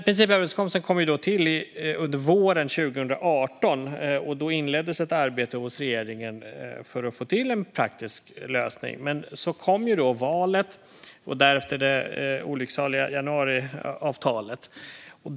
Principöverenskommelsen kom till under våren 2018. Då inleddes ett arbete hos regeringen för att få till en praktisk lösning. Men så kom ju valet och därefter det olycksaliga januariavtalet.